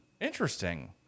interesting